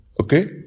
Okay